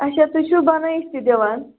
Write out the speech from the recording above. اَچھا تُہۍ چھِو بَنٲوِتھ تہِ دِوان